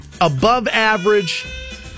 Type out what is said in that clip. above-average